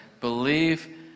Believe